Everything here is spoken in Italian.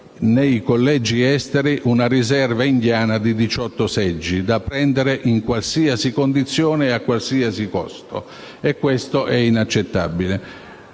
nei collegi esteri una "riserva indiana" di 18 seggi, da prendere in qualsiasi condizione e a qualsiasi costo. Questo è inaccettabile.